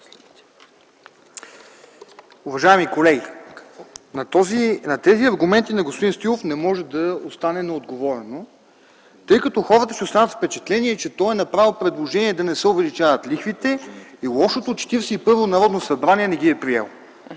Уважаеми колеги, на тези аргументи на господин Стоилов не може да остане неотговорено, тъй като хората ще останат с впечатление, че той е направил предложение да не се увеличават лихвите и лошото Четиридесет и първо Народно събрание не ги е приело.